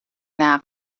نقل